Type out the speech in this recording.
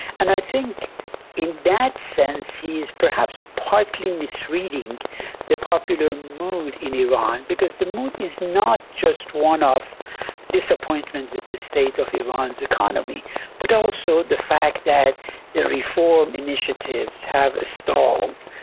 and i think in that sense he is perhaps partly misreading the popular mood in iran because the mood is not just one of disappointment with the state of iran's economy but also the fact that the reform initiatives have stalled.